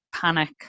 panic